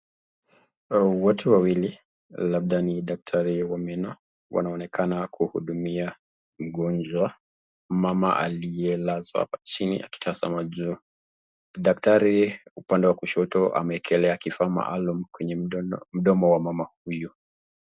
Watu wawili, labda ni daktari wa meno, wanaonekana kuhudumia mgonjwa. Mama aliyelazwa hapa chini akitazama juu. Daktari upande wa kushoto ameekelea kifaa maalum kwenye mdomo wa mama huyo.